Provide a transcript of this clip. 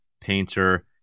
Painter